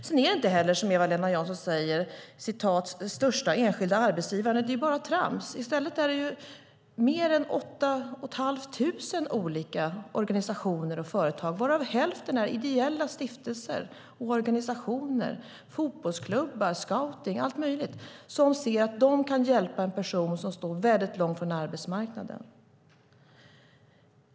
Sedan är det inte heller, som Eva-Lena Jansson säger, de största enskilda arbetsgivarna. Det är bara trams. I stället är det mer än 8 500 olika organisationer och företag varav hälften är ideella stiftelser och organisationer, fotbollsklubbar, scouting - alla möjliga som ser att de kan hjälpa en person som står väldigt långt från arbetsmarknaden.